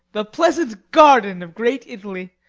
the pleasant garden of great italy,